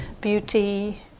beauty